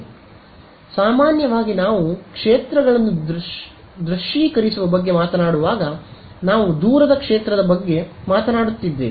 ಆದ್ದರಿಂದ ಸಾಮಾನ್ಯವಾಗಿ ನಾವು ಕ್ಷೇತ್ರಗಳನ್ನು ದೃಶ್ಯೀಕರಿಸುವ ಬಗ್ಗೆ ಮಾತನಾಡುವಾಗ ನಾವು ದೂರದ ಕ್ಷೇತ್ರದ ಬಗ್ಗೆ ಮಾತನಾಡುತ್ತಿದ್ದೇವೆ